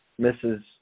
Mrs